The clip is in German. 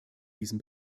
diesem